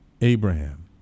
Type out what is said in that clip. Abraham